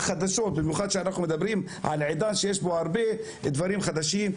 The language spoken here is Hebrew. במיוחד שאנחנו מדברים על עדה שיש בה הרבה דברים חדשים,